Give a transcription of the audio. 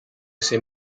ese